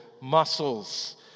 muscles